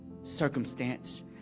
circumstance